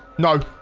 no.